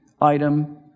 item